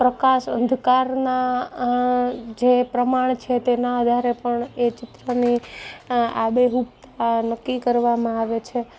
પ્રકાશ અંધકારના જે પ્રમાણ છે તેના આધારે પણ એ ચિત્રની આબેહૂબ આ નક્કી કરવામાં આવે છે